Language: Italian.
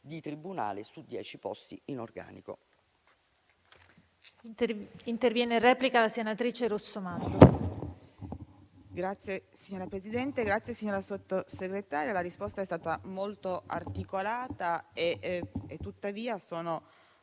di tribunale su dieci posti in organico.